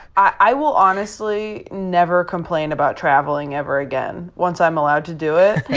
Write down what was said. i will honestly never complain about traveling ever again, once i'm allowed to do it.